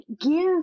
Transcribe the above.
give